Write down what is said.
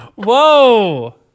Whoa